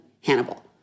Hannibal